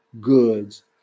goods